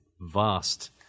vast